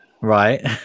right